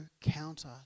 counter